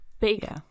big